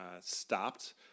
stopped